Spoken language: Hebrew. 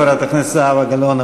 חברת הכנסת זהבה גלאון,